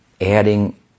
adding